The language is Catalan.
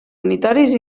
unitaris